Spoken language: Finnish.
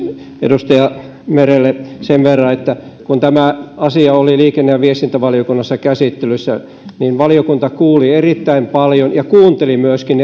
edustaja merelle sen verran että kun tämä asia oli liikenne ja viestintävaliokunnassa käsittelyssä niin valiokunta kuuli erittäin paljon ja kuunteli myöskin